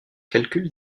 calcul